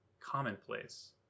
commonplace